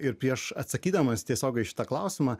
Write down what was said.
ir prieš atsakydamas tiesiog šitą klausimą